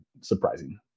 surprising